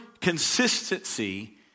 consistency